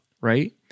right